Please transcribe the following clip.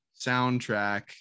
soundtrack